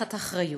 ולקחת אחריות.